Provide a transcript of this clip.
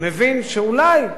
מבין שאולי,